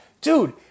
dude